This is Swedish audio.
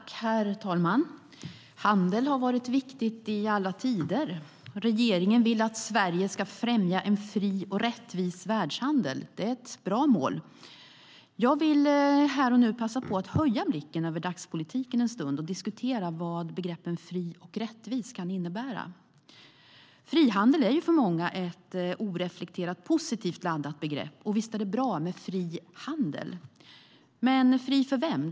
Herr talman! Handel har varit viktigt i alla tider. Regeringen vill att Sverige ska främja en fri och rättvis världshandel. Det är ett bra mål. Frihandel är för många ett oreflekterat positivt laddat begrepp - visst är det bra med fri handel. Men för vem är den fri?